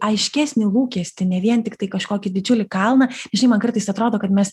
aiškesnį lūkestį ne vien tiktai kažkokį didžiulį kalną žinai man kartais atrodo kad mes